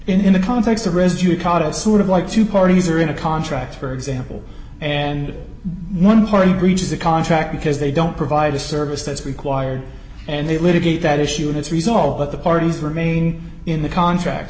in the context of residual caudal sort of like two parties are in a contract for example and one party breaches the contract because they don't provide a service that's required and they litigate that issue and it's resolved but the parties remain in the contract